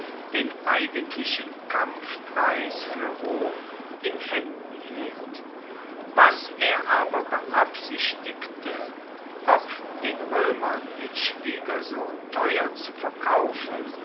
den eigentlichen kampfpreis für rom in händen hielt was er aber beabsichtigte ob den römern den schwiegersohn teuer zu verkaufen